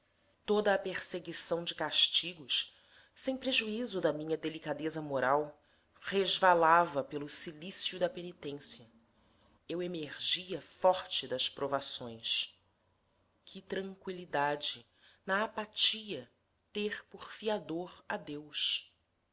a perseguição de castigos sem prejuízo da minha delicadeza moral resvalava pelo cilício da penitência eu emergia forte das provações que tranqüilidade na apatia ter por fiador a deus